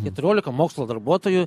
keturiolika mokslo darbuotojų